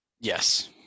Yes